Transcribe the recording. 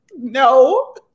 No